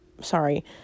sorry